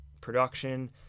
production